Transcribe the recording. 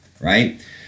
right